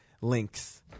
links